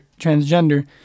transgender